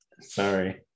Sorry